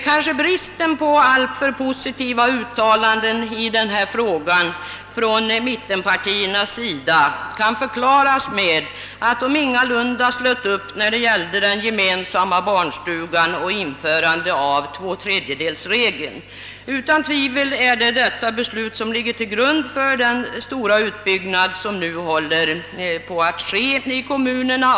Kanske bristen på positiva uttalanden i denna fråga från mittenpartiernas sida kan förklaras med att de ingalunda slöt upp när det gällde införande av den gemensamma barnstugan och tvåtredjedelsregeln. Utan tvivel är det detta beslut som ligger till grund för den stora utbyggnad av daghemsoch fritidshemsplatser som nu håller på att ske i kommunerna.